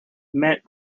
meant